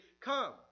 come